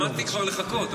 התכוונתי כבר לחכות,